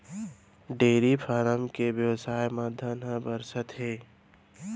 dairy farm के बेवसाय म धन ह बरसत हे